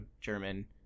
German